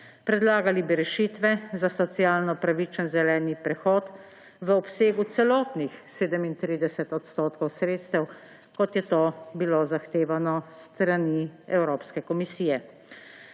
Predlagali bi rešitve za socialno pravičen zeleni prehod v obsegu celotnih 37 % sredstev, kot je to bilo zahtevano s strani Evropske komisije.